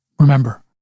Remember